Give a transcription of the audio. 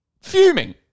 fuming